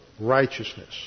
righteousness